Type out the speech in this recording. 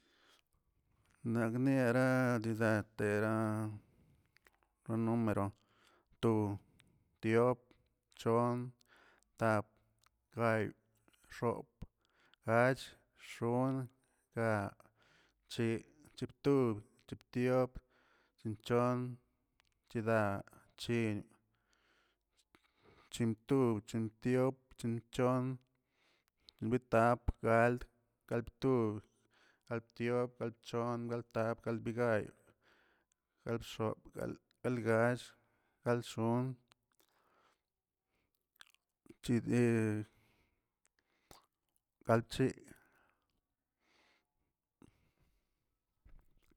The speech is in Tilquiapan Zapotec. Nagniera didagtera ro numero tu, diop, chon, tap, gay, xop, gach, xon, gaa, chiꞌ, chibtub, chiptiop, chipchon, chidachi, chimtu, chimtiop, chimchon, lbitap, gald, galbtub, galbdiop, galbchon, galbtap, galbigayꞌ, galbxop, gal- galbgach, galbxon', chider galbichi.